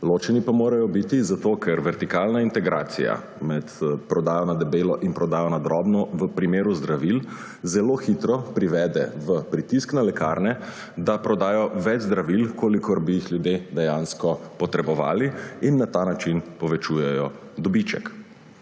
Ločeni pa morajo biti zato, ker vertikalna integracija med prodajo na debelo in prodajo na drobno v primeru zdravil zelo hitro privede v pritisk na lekarne, da prodajo več zdravil, kolikor bi jih ljudje dejansko potrebovali, in na ta način povečujejo dobiček.